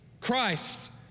Christ